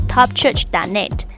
TopChurch.net 。